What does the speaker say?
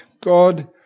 God